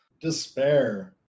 Despair